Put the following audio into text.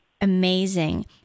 amazing